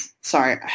sorry